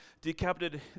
decapitated